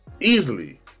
Easily